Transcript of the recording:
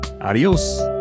Adios